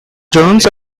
jones